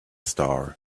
star